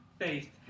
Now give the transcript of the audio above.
faith